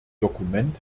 dokument